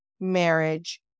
marriage